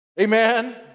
Amen